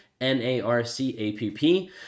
N-A-R-C-A-P-P